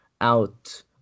out